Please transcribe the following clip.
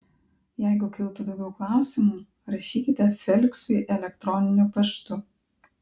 jeigu kiltų daugiau klausimų rašykite feliksui elektroniniu paštu